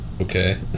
Okay